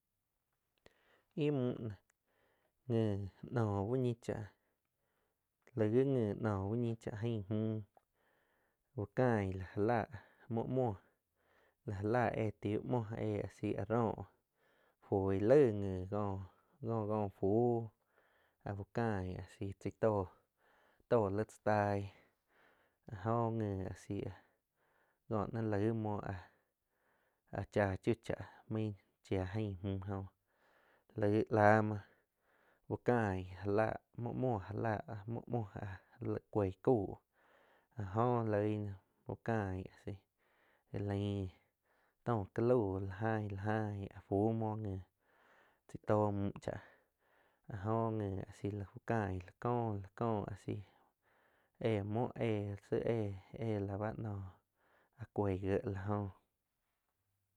Ih müh no ngi noh úh ñi cha laig gi, no uh ñi cha ain mju úh cain la ja láh muoh muo la ja lá eh ti muoh asi áh roh fuig laig nji co-co fuuh áh u cain asi chai tóh. toh li tza taig la jo nji asi ko ma ñai muoh áh cha chiu chaáh main chua aing mju jo laig la muoh uh cain jáh lah muo mhuo ja láh áh muoh muoh li cuoig chau áh joh loig náh uh cain a si ja leing toh ca lau la jain la jain fu muo nji chai toh müh chaah a jóh nji asi uh cain la có a si éh muoh shiu éh-éh-éh lá báh nóh áh coig gieh lah joh.